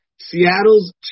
Seattle's